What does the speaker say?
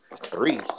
Three